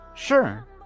sure